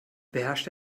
beherrscht